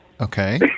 Okay